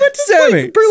Sammy